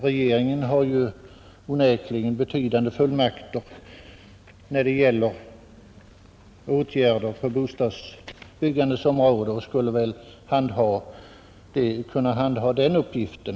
Regeringen har onekligen betydande fullmakter att vidta åtgärder på bostadsbyggandets område och skulle kunna handha den uppgiften.